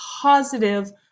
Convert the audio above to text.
positive